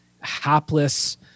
hapless